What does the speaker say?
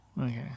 Okay